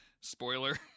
spoiler